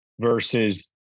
versus